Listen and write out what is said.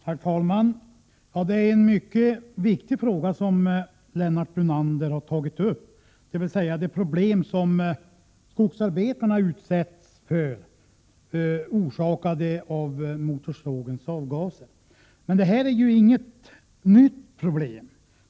Herr talman! Det är en mycket viktig fråga som Lennart Brunander har tagit upp, nämligen de faror som skogsarbetarna utsätts för orsakade av motorsågens avgaser. Men detta är ju inget nytt problem.